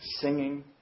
singing